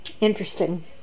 interesting